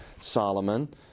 Solomon